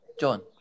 John